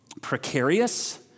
precarious